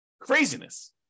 Craziness